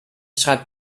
schreibt